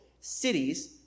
cities